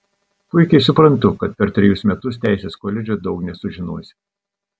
puikiai suprantu kad per trejus metus teisės koledže daug nesužinosi